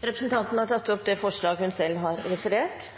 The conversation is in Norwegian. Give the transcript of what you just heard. Representanten Siv Elin Hansen har tatt opp